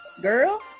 Girl